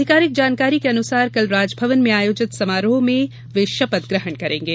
अधिकारिक जानकारी के अनुसार कल राजभवन में आयोजित समारोह में वे शपथ ग्रहण करेंगे